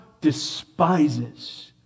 despises